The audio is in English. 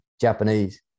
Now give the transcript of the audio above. Japanese